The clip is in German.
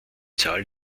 zahl